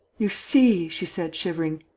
you see, she said, shivering,